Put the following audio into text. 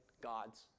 God's